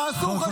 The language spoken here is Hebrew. תעשו חשבון נפש.